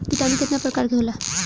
किटानु केतना प्रकार के होला?